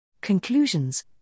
Conclusions